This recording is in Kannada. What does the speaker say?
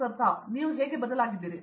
ಪ್ರತಾಪ್ ಹರಿದಾಸ್ ನೀವು ಏನು ಬದಲಾಗಿದ್ದೀರಿ